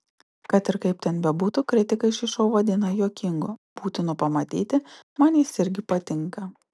kad ir kaip ten bebūtų kritikai šį šou vadina juokingu būtinu pamatyti man jis irgi patinka